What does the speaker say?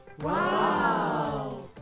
Wow